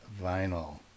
vinyl